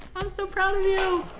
i'm so proud of you!